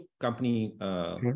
company